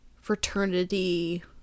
fraternity